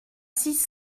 six